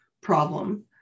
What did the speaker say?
problem